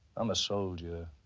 i'm a soldier.